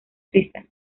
suiza